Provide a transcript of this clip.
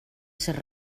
ser